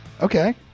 Okay